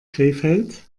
krefeld